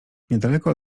niedaleko